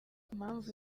mpamvu